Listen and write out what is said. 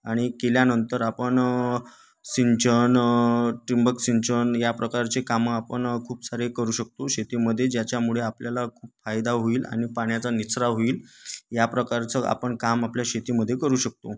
आणि केल्यानंतर आपण सिंचन ठिबक सिंचन या प्रकारचे कामं आपण खूप सारे करू शकतो शेतीमध्ये ज्याच्यामुळे आपल्याला खूप फायदा होईल आणि पाण्याचा निचरा होईल या प्रकारचं आपण काम आपल्या शेतीमध्ये करू शकतो